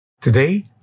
Today